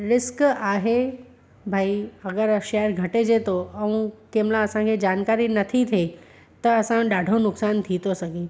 risk आहे भई अगरि शेयर घटिजे थो ऐं कंहिंमहिल असांखे जानकारी नथी थिए त असां ॾाढो नुक़सानु थी थो सघे